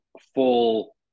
full